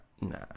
nah